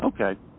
okay